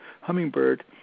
hummingbird